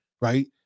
right